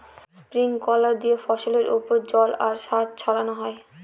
sprinkler দিয়ে ফসলের ওপর জল আর সার ছড়ানো হয়